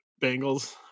Bengals